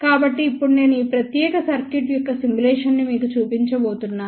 కాబట్టి ఇప్పుడు నేను ఈ ప్రత్యేక సర్క్యూట్ యొక్క సిములేషన్ ను మీకు చూపించబోతున్నాను